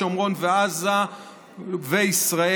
שומרון ועזה וישראל,